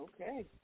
Okay